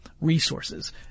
resources